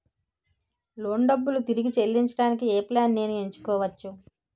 Loan డబ్బులు తిరిగి చెల్లించటానికి ఏ ప్లాన్ నేను ఎంచుకోవచ్చు?